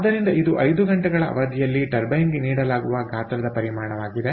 ಆದ್ದರಿಂದ ಇದು 5 ಗಂಟೆಗಳ ಅವಧಿಯಲ್ಲಿ ಟರ್ಬೈನ್ಗೆ ನೀಡಲಾಗುವ ಗಾತ್ರದ ಪರಿಮಾಣವಾಗಿದೆ